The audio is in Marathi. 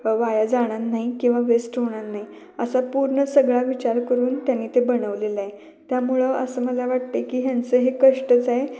वाया जाणार नाही किवा वेस्ट होणार नाही असं पूर्ण सगळा विचार करून त्यांनी ते बनवलेलं आहे त्यामुळं असं मला वाटतं आहे की ह्यांचं हे कष्टच आहे